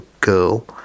girl